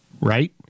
right